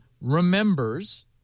remembers